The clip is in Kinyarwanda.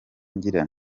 ngira